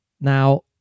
Now